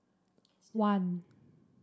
one